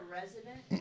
resident